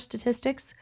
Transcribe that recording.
statistics